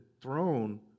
throne